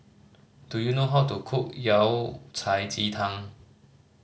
do you know how to cook Yao Cai ji tang